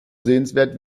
sehenswert